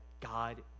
God